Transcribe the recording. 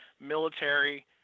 military